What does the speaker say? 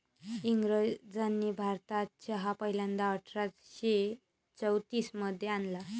इंग्रजांनी भारतात चहा पहिल्यांदा अठरा शे चौतीस मध्ये आणला